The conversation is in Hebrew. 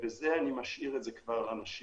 את זה אני משאיר כבר לאנשים